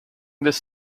this